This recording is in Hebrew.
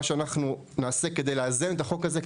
מה שאנחנו נעשה כדי לאזן את החוק הזה,